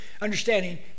understanding